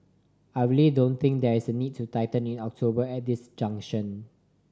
I really don't think there is a need to tighten in October at this junction